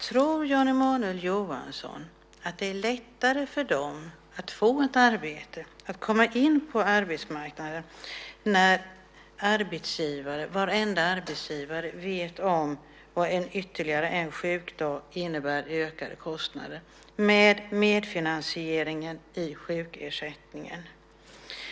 Tror Jan Emanuel Johansson att det är lättare för dem att få ett arbete, att komma in på arbetsmarknaden, när varenda arbetsgivare vet vad ytterligare en sjukdag innebär i ökade kostnader med medfinansieringen i sjukersättningen?